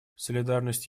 солидарность